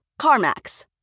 CarMax